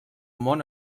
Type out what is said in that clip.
món